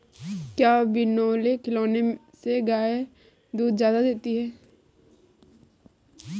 क्या बिनोले खिलाने से गाय दूध ज्यादा देती है?